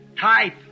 Type